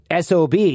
SOB